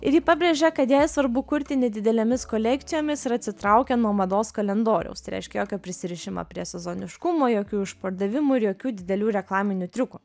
ir ji pabrėžia kad jai svarbu kurti ne didelėmis kolekcijomis ir atsitraukia nuo mados kalendoriaus tai reiškia jokio prisirišimo prie sezoniškumo jokių išpardavimų ir jokių didelių reklaminių triukų